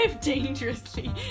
dangerously